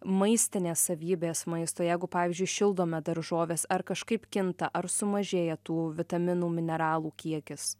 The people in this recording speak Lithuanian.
maistinės savybės maisto jeigu pavyzdžiui šildome daržoves ar kažkaip kinta ar sumažėja tų vitaminų mineralų kiekis